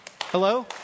Hello